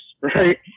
right